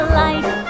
life